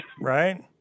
right